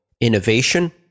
innovation